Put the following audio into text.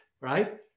right